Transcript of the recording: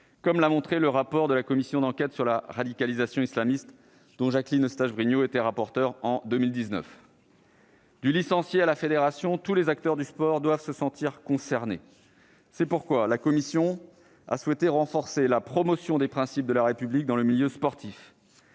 comme l'a montré le rapport de la commission d'enquête sur la radicalisation islamiste, dont Jacqueline Eustache-Brinio était la rapporteure en 2019. Du licencié à la fédération, tous les acteurs du sport doivent se sentir concernés. C'est pourquoi la commission a souhaité renforcer la promotion des principes de la République dans le milieu sportif.